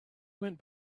went